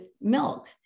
milk